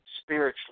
spiritually